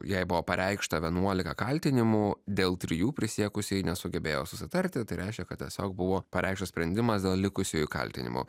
jai buvo pareikšta vienuolika kaltinimų dėl trijų prisiekusieji nesugebėjo susitarti tai reiškia kad tiesiog buvo pareikštas sprendimas dėl likusiųjų kaltinimų